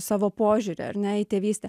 savo požiūrį ar ne į tėvystę